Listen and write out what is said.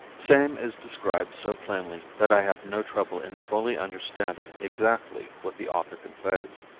same is described so plainly that i have no trouble in fully understanding exactly what the author conveys.